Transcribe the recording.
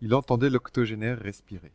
il entendait l'octogénaire respirer